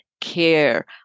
care